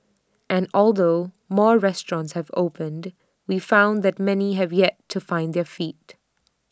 and although more restaurants have opened we found that many have yet to find their feet